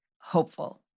hopeful